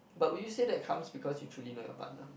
but would you say that comes because you truly know your partner